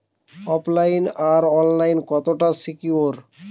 ওফ line আর online কতটা secure?